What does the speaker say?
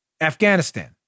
Afghanistan